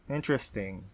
Interesting